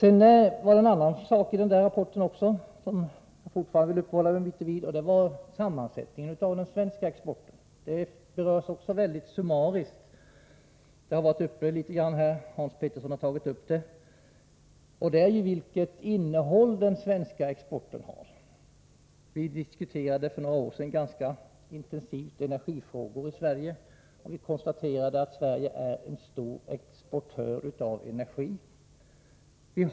En annan sak som berördes i den rapport som jag nämnde och som jag vill uppehålla mig vid ytterligare något var sammansättningen av den svenska exporten. Också frågan om den svenska exportens innehåll har har berörts mycket summariskt — Hans Petersson var inne på samma sak. För några år sedan diskuterade vi energifrågor ganska intensivt i Sverige. Vi konstaterade då att Sverige är en stor exportör av energi.